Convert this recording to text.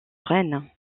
rennes